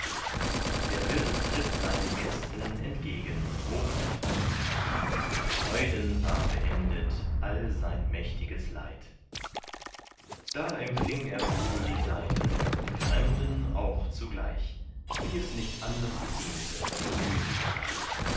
der wirt ritt seinen gästen entgegen hocherfreut mit freuden war beendet all sein mächtiges leid da empfing er wohl die seinen die fremden auch zugleich wie es nicht anders ziemte dem könige reich